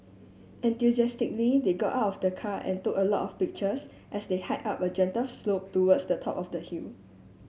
enthusiastically they got off the car and took a lot of pictures as they hike up a gentle slope towards the top of the hill